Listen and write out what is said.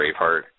Braveheart